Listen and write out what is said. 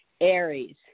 Aries